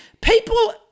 People